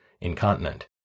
incontinent